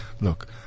look